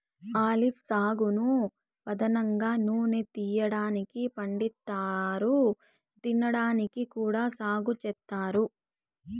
olive సాగును పధానంగా నూనె తీయటానికి పండిస్తారు, తినడానికి కూడా సాగు చేత్తారు